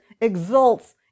exults